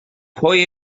pwy